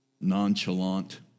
Nonchalant